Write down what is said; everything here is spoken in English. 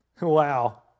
Wow